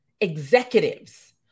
executives